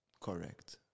correct